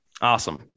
Awesome